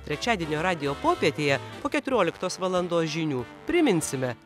trečiadienio radijo popietėje po keturioliktos valandos žinių priminsime